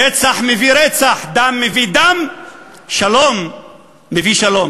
רצח מביא רצח, דם מביא דם, שלום מביא שלום.